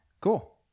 Cool